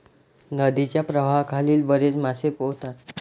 नदीच्या प्रवाहाखाली बरेच मासे पोहतात